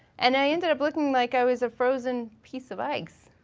and i ended up looking like i was a frozen piece of ice.